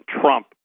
Trump